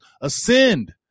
ascend